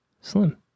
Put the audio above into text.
Slim